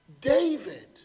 David